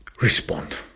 respond